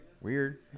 Weird